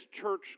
church